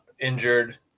Injured